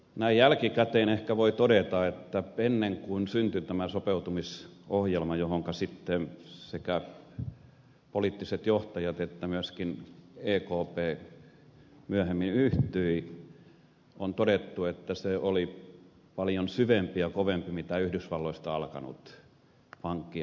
näin jälkikäteen ehkä voi todeta että ennen kuin syntyi tämä sopeutumisohjelma johonka sitten sekä poliittiset johtajat että myöskin ekp myöhemmin yhtyivät on todettu että se oli paljon syvempi ja kovempi kuin yhdysvalloista alkanut pankki ja talouskriisi